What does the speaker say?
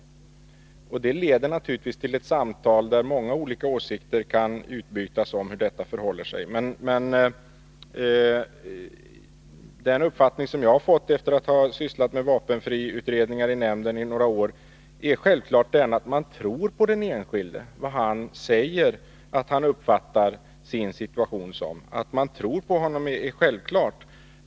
Det leder naturligtvis till ett samtal, där många olika åsikter kan utbytas om hur det förhåller sig. Efter att ha sysslat med vapenfriutredningar i nämnden under några år har jag fått den uppfattningen att man tror på den enskilde, när han förklarar hur han uppfattar sin situation. Självklart tror man på honom.